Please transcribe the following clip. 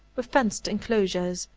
were fenced enclosures,